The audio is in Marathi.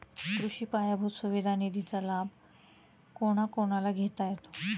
कृषी पायाभूत सुविधा निधीचा लाभ कोणाकोणाला घेता येतो?